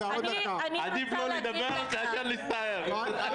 ואת זה אני שואל גם את היועצת המשפטית של הוועדה אבל גם את